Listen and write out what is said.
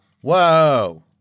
Whoa